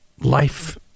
life